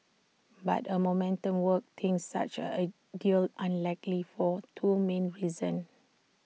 but A momentum works thinks such A deal unlikely for two main reasons